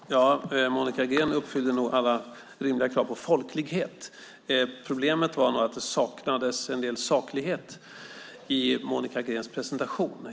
Fru talman! Monica Green uppfyllde nog alla rimliga krav på folklighet. Problemet var att det saknades en del saklighet i Monica Greens presentation.